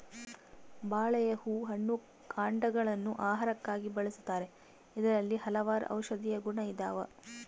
ಬಾಳೆಯ ಹೂ ಹಣ್ಣು ಕಾಂಡಗ ಳನ್ನು ಆಹಾರಕ್ಕಾಗಿ ಬಳಸ್ತಾರ ಇದರಲ್ಲಿ ಹಲವಾರು ಔಷದಿಯ ಗುಣ ಇದಾವ